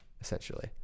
essentially